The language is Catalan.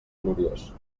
gloriós